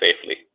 safely